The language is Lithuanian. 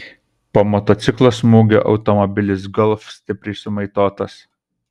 po motociklo smūgio automobilis golf stipriai sumaitotas